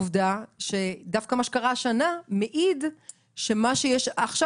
עובדה שדווקא מה שקרה השנה מעיד שמה שיש עכשיו,